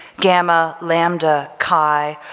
gamma, lambda, chi,